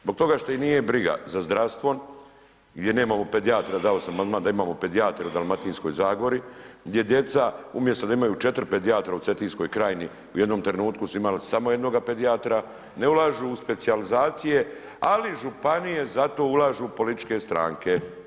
Zbog toga što ih nije briga za zdravstvo gdje nemamo pedijatra dao sam amandman da imamo pedijatra u Dalmatinskoj zagori, gdje djeca umjesto da imaju 4 pedijatra u Cetinskoj krajini u jednom trenutku su imali samo jednoga pedijatra, ne ulažu u specijalizacije ali županije zato ulažu u političke stranke.